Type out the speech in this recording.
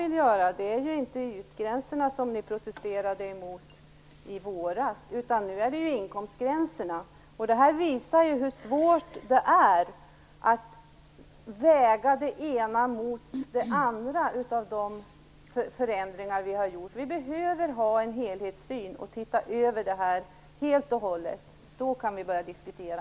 Men i dag är det inte ytgränserna ni protesterar mot, utan det är inkomstgränserna. Det visar hur svårt det är att väga det ena mot det andra när man inför ändringar. Vi behöver se över det hela och få en helhetssyn. Då kan vi börja diskutera.